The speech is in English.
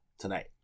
Tonight